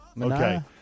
Okay